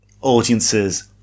audiences